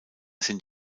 sind